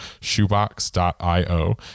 shoebox.io